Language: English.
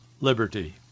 liberty